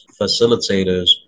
facilitators